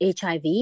HIV